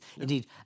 Indeed